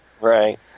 Right